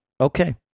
okay